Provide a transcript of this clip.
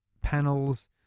panels